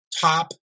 top